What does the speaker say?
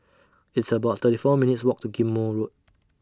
It's about thirty four minutes' Walk to Ghim Moh Road